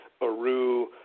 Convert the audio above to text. Aru